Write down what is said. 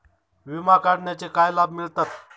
विमा काढण्याचे काय लाभ मिळतात?